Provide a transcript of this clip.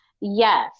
Yes